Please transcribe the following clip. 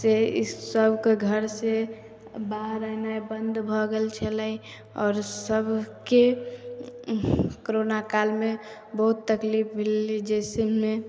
से इसबके घर से बाहर एनाइ बन्द भऽ गेल छलै आओर सबके कोरोना कालमे बहुत तकलीफ भेलै जैसेमे